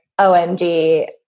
OMG